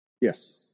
Yes